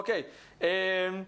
שלום,